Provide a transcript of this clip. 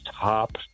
top